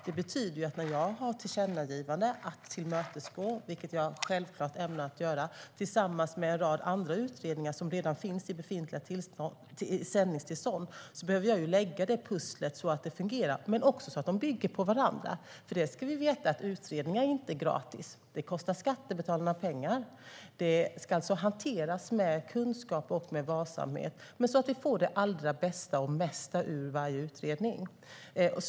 Det betyder att när jag har tillkännagivanden att tillmötesgå, vilket jag självklart ämnar att göra, tillsammans med en rad andra utredningar som redan finns i befintliga sändningstillstånd, behöver jag lägga pusslet så att det fungerar och så att delarna bygger på varandra. Vi ska veta att utredningar inte är gratis. De kostar skattebetalarna pengar. Det här ska alltså hanteras med kunskap och varsamhet så att vi får det allra bästa och mesta ur varje utredning.